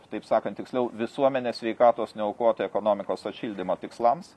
kitaip sakant tiksliau visuomenės sveikatos neaukoti ekonomikos atšildymo tikslams